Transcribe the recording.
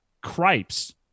Cripes